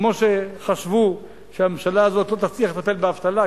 כמו שחשבו שהממשלה הזאת לא תצליח לטפל באבטלה,